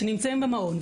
שנמצאים במעון,